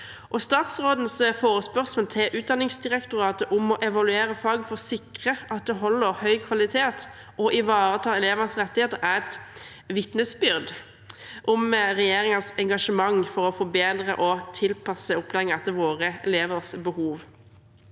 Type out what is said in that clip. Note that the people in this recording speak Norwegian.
Statsrådens forespørsel til Utdanningsdirektoratet om å evaluere faget for å sikre at det holder høy kvalitet og ivaretar elevenes rettigheter, er et vitnesbyrd om regjeringens engasjement for å forbedre og tilpasse opplæringen etter våre elevers behov.